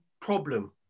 problem